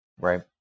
Right